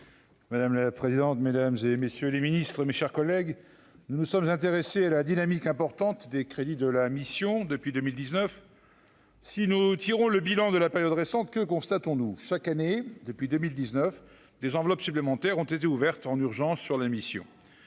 Madame la présidente, mesdames et messieurs les ministres, mes chers collègues, nous sommes intéressés à la dynamique importante des crédits de la mission depuis 2019. Si nous tirons le bilan de la période récente, que constatons-nous chaque année depuis 2019 des enveloppes supplémentaires ont été ouvertes en urgence sur la mission